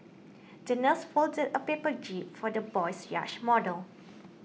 the nurse folded a paper jib for the boy's yacht model